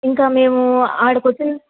ఇంకా మేము ఆడికు వచ్చిన